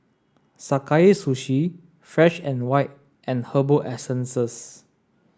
Sakae Sushi Fresh and White and Herbal Essences